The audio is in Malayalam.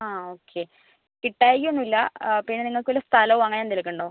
ആ ഓക്കെ കിട്ടായ്ക ഒന്നുല്ലാ ആ പിന്ന നിങ്ങക്ക് വല്ല സ്ഥലോ അങ്ങനെ എന്തേലൊക്കെ ഉണ്ടോ